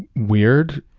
weird,